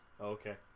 Okay